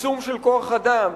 צמצום של כוח אדם,